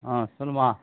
ஆ சொல்லுமா